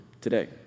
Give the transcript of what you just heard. today